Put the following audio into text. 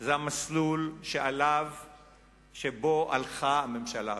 זה המסלול שבו הלכה הממשלה הקודמת.